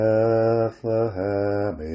Bethlehem